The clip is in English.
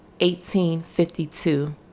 1852